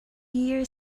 year